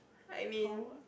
I mean